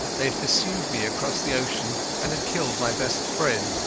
they had pursued me across the ocean, and had killed my best friend,